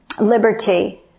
liberty